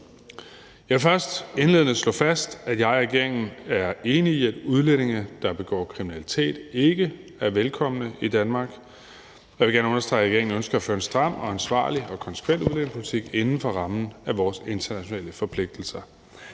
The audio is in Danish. Jeg vil først, indledende, slå fast, at jeg og regeringen er enige i, at udlændinge, der begår kriminalitet, ikke er velkomne i Danmark, og jeg vil gerne understrege, at regeringen ønsker at føre en stram, ansvarlig og konsekvent udlændingepolitik inden for rammen af vores internationale forpligtelser.